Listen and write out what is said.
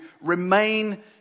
remain